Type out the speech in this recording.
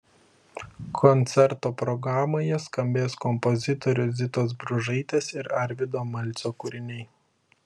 koncerto programoje skambės kompozitorių zitos bružaitės ir arvydo malcio kūriniai